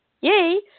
Yay